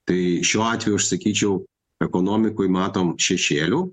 tai šiuo atveju aš sakyčiau ekonomikoj matom šešėlių